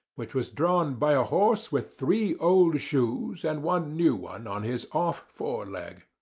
which was drawn by a horse with three old shoes and one new one on his off fore leg.